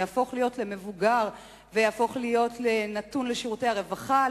יהפוך להיות למבוגר ויהפוך להיות נתון לשירותי הרווחה,